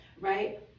right